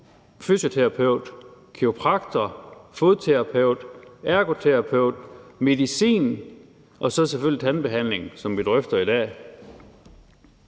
fysioterapeut, kiropraktor, fodterapeut og ergoterapeut og for medicin og så selvfølgelig tandbehandling, som vi drøfter i dag.